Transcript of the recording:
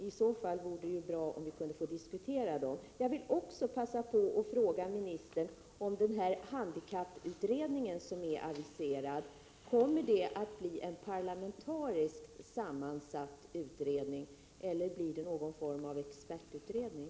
I så fall vore det bra om vi kunde få diskutera dem. Jag vill också passa på och fråga ministern om den handikapputredning som är aviserad kommer att bli parlamentariskt sammansatt eller om det blir någon form av expertutredning.